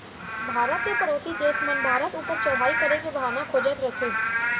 भारत के परोसी देस मन भारत ऊपर चढ़ाई करे के बहाना खोजत रथें